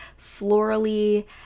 florally